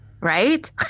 Right